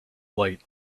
light